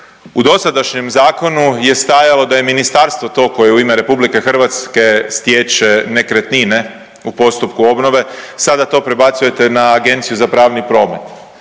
U dosadašnjem zakonu je stajalo da je ministarstvo to koje u ime RH stječe nekretnine u postupku obnove, sada to prebacujete na Agenciju za pravni promet.